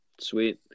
sweet